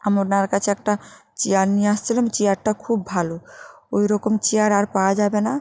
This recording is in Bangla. আমি ওনার কাছে একটা চেয়ার নিয়ে আসছিলাম চেয়ারটা খুব ভালো ওই রকম চেয়ার আর পাওয়া যাবে না